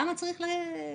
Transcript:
למה צריך ללכת סחור סחור?